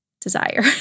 desire